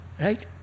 Right